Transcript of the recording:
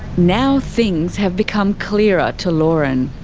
now things have become clearer to lauren.